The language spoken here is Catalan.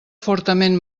fortament